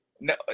No